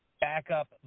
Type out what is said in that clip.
backup